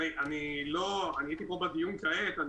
אני הייתי פה בדיון כעת,